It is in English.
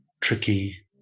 tricky